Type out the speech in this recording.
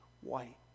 white